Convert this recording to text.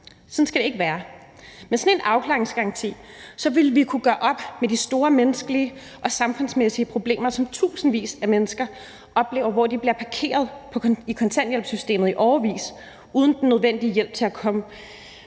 Sådan skal det ikke være. Med sådan en afklaringsgaranti ville vi kunne gøre op med de store menneskelige og samfundsmæssige problemer, som tusindvis af mennesker oplever, hvor de bliver parkeret i kontanthjælpssystemet i årevis uden den nødvendige hjælp til at komme